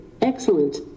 Excellent